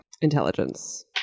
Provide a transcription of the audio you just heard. Intelligence